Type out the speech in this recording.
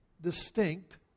distinct